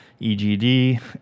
EGD